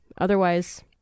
Otherwise